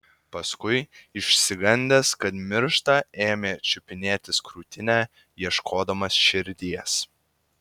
paskui išsigandęs kad miršta ėmė čiupinėtis krūtinę ieškodamas širdies